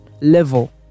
level